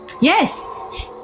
Yes